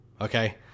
okay